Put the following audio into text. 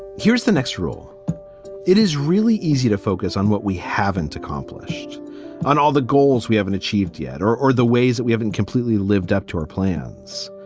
here's the next rule it is really easy to focus on what we haven't accomplished on all the goals we haven't achieved yet or or the ways that we haven't completely lived up to our plans.